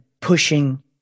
pushing